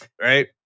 Right